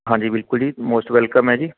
ਹਾਂਜੀ ਬਿਲਕੁਲ ਜੀ ਮੋਸਟ ਵੈਲਕਮ ਹੈ ਜੀ